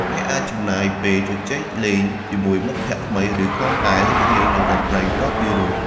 អ្នកអាចចំណាយពេលជជែកលេងជាមួយមិត្តភក្តិថ្មី ឬគ្រាន់តែរីករាយនឹងតន្ត្រីដ៏ពីរោះ។